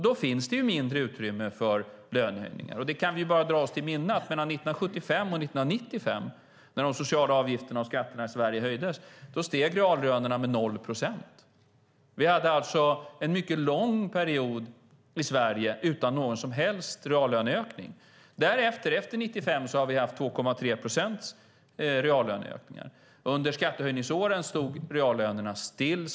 Det finns mindre utrymme för lönehöjningar, och vi kan bara dra oss till minnes att mellan 1975 och 1995, när de sociala avgifterna och skatterna i Sverige höjdes, steg reallönerna med 0 procent. Vi hade alltså en mycket lång period i Sverige utan någon som helst reallöneökning. Därefter, efter 1995, har vi haft 2,3 procent i reallöneökningar. Under skattehöjningsåren stod reallönerna stilla.